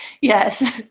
Yes